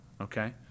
okay